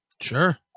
Sure